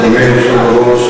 היושב-ראש,